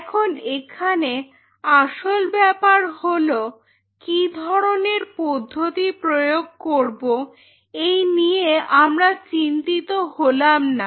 এখন এখানে আসল ব্যাপার হলো কি ধরনের পদ্ধতি প্রয়োগ করব এই নিয়ে আমরা চিন্তিত হলাম না